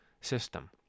system